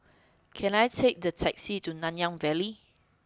can I take the taxi to Nanyang Valley